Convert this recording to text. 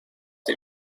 him